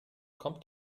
kommt